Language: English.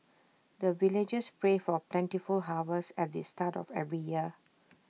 the villagers pray for plentiful harvest at the start of every year